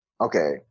okay